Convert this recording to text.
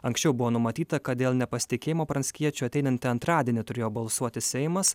anksčiau buvo numatyta kad dėl nepasitikėjimo pranckiečiu ateinantį antradienį turėjo balsuoti seimas